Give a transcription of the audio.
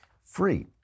free